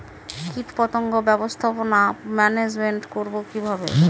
কীটপতঙ্গ ব্যবস্থাপনা ম্যানেজমেন্ট করব কিভাবে?